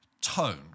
tone